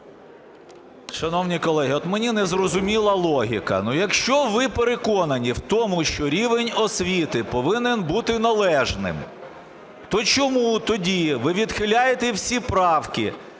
Шановні колеги, от мені не зрозуміла логіка. Якщо ви переконані в тому, що рівень освіти повинен бути належним, то чому тоді ви відхиляєте всі правки,